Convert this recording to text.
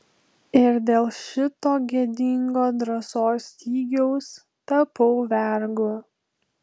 ir dėl šito gėdingo drąsos stygiaus tapau vergu